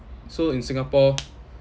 so in singapore